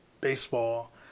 baseball